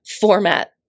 format